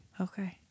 Okay